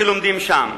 שלומדים שם.